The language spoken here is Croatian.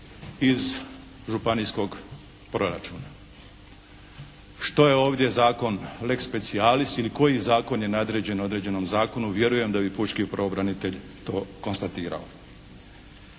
iz županijskog proračuna. Što je ovdje zakon «leg specialis» ili koji zakon je nadređen određenom zakonu vjerujem da bi pučki pravobranitelj to konstatirao.